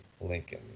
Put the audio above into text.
Lincoln